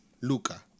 Luca